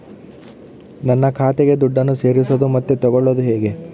ನನ್ನ ಖಾತೆಗೆ ದುಡ್ಡನ್ನು ಸೇರಿಸೋದು ಮತ್ತೆ ತಗೊಳ್ಳೋದು ಹೇಗೆ?